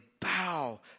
bow